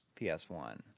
PS1